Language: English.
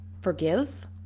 forgive